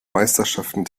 meisterschaften